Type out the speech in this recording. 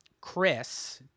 Chris